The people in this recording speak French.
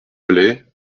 blais